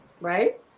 right